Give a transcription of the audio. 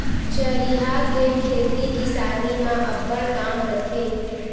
चरिहा के खेती किसानी म अब्बड़ काम रथे